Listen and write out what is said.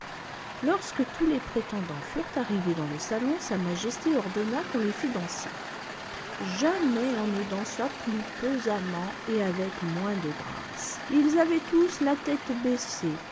lorsque tous les prétendants furent arrivés dans le salon sa majesté ordonna qu'on les fît danser jamais on ne dansa plus pesamment et avec moins de grâce ils avaient tous la tête baissée